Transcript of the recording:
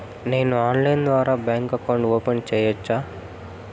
నేను ఆన్లైన్ ద్వారా bank account open సేయొచ్చా?